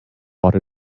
bought